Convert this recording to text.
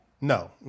No